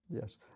Yes